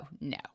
no